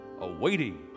awaiting